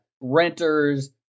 renters